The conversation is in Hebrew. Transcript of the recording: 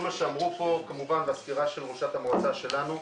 וכמובן הסקירה של ראשת המועצה שלנו.